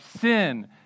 sin